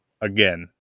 again